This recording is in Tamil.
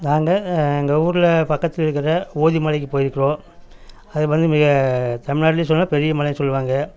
நாங்கள் எங்கள் ஊரில் பக்கத்தில் இருக்கிற ஓதி மலைக்கு போயிருக்கிறோம் அது வந்து மிக தமிழ்நாட்டுலேயே சொல்லணும்ன்னா பெரிய மலைன்னு சொல்வாங்க